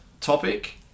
topic